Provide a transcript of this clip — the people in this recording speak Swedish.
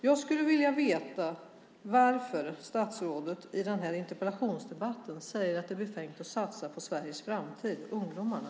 Jag skulle vilja veta varför statsrådet i den här interpellationsdebatten säger att det är befängt att satsa på Sveriges framtid - ungdomarna.